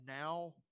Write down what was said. now